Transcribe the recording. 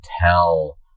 tell